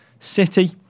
City